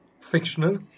fictional